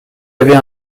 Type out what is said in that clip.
avait